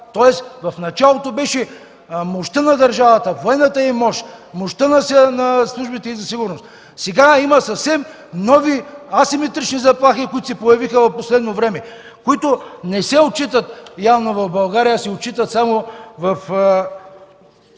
тоест в началото беше мощта на държавата, военната й мощ, мощта на службите й за сигурност, сега има съвсем нови, асиметрични заплахи, които се появиха в последно време, които не се отчитат явно в България, а се отчитат само в